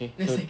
okay so